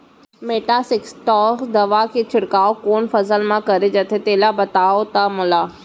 Metasystox दवा के छिड़काव कोन फसल म करे जाथे तेला बताओ त मोला?